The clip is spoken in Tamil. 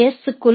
எஸ் க்குள்